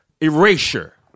erasure